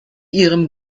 ihrem